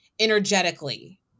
energetically